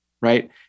right